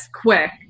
quick